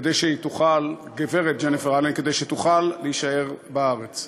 כדי שהיא תוכל להישאר בארץ.